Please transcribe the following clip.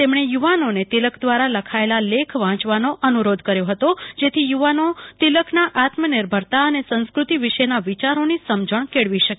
તેમણે યુ વાનોને તિલક દ્રારા લખાયેલા લેખ વાંચવાનો અનુ રોધ કર્યો હતો જેથી યુ વાનો તિલકના આત્મનિર્ભરતા અને સંસ્કૃતિ વિશેના વિયારોની સમજણ કેળવી શકે